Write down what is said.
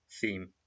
theme